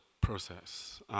process